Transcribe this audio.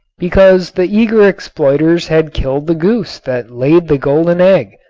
because the eager exploiters had killed the goose that laid the golden egg,